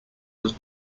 was